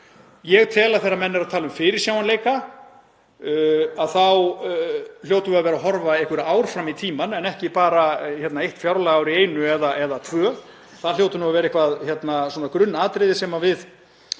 Ég tel að þegar menn eru að tala um fyrirsjáanleika hljótum við að vera að horfa einhver ár fram í tímann en ekki bara á eitt fjárlagaár í einu eða tvö, að það hljóti að vera eitthvert grunnatriði sem við